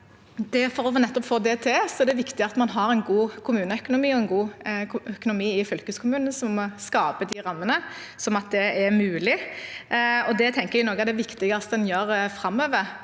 For å få til det er det viktig at man har en god kommuneøkonomi og en god økonomi i fylkeskommunene som skaper de rammene, sånn at det er mulig. Jeg tenker at noe av det viktigste en gjør framover,